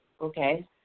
Okay